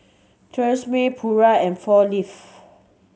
Tresemme Pura and Four Leave